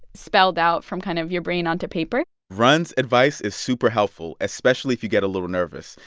spelled out from kind of your brain onto paper rund's advice is super helpful, especially if you get a little nervous.